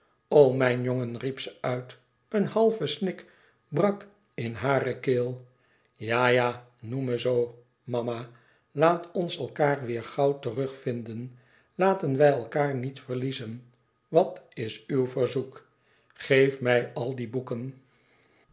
mijn jongen riep ze uit een halve snik brak in hare keel ja ja noem me zoo mama laat ons elkaâr weêr gauw terugvinden laten wij elkaâr niet verliezen wat is uw verzoek geef mij al die boeken